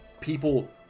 people